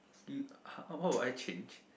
you what what will I change